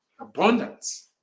Abundance